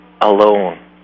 alone